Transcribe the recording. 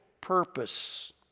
purpose